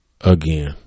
again